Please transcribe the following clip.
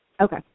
Okay